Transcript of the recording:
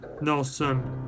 Nelson